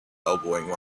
elbowing